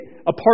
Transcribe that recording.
apart